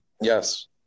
Yes